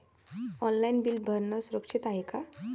Online bill भरनं सुरक्षित हाय का?